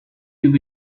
would